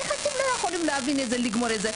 איך אתם לא יכולים להבין את זה ולגמור את זה?